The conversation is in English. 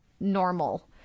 normal